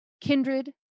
kindred